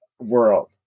world